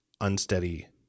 unsteady